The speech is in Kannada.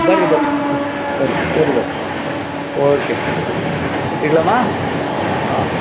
ಬರ್ರಿ ಬರ್ರಿ ಬರ್ರಿ ಬರ್ರಿ ಬರ್ರಿ ಬರ್ರಿ ಓಕೆ ಇಡ್ಲಮ್ಮ ಹಾಂ